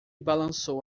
balançou